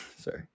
sorry